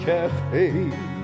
Cafe